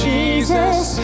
Jesus